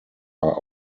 are